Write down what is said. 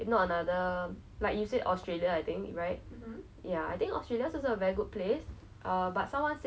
so I keep thinking about where I should I should go lah especially for the first trip where it's definitely